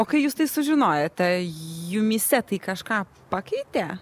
o kai jūs tai sužinojote jumyse tai kažką pakeitė